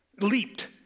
leaped